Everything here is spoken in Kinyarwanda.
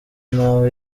naho